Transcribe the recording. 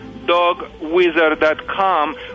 Dogwizard.com